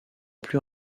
plus